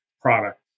product